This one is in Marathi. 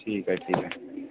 ठीक आहे ठीक आहे